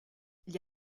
gli